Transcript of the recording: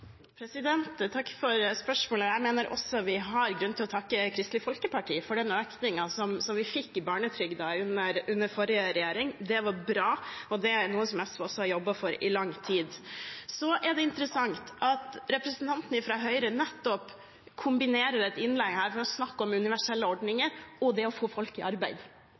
Takk for spørsmålet. Jeg mener også at vi har grunn til å takke Kristelig Folkeparti for den økningen av barnetrygden vi fikk under den forrige regjeringen. Det var bra, og det er noe SV også har jobbet for i lang tid. Det er interessant at representanten fra Høyre i innlegget snakker om både universelle ordninger og det å få folk i arbeid.